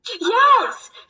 Yes